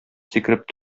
сикереп